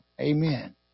Amen